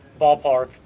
ballpark